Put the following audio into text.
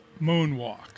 moonwalk